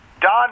Don